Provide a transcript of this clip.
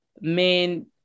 main